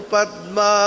Padma